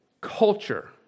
culture